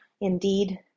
Indeed